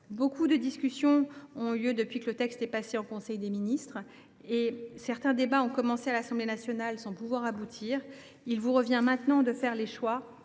Beaucoup de discussions ont lieu depuis que le texte est passé en conseil des ministres. Certains débats ont commencé à l’Assemblée nationale sans pouvoir aboutir. Il vous revient maintenant de faire des choix